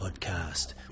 podcast